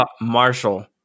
Marshall